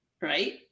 Right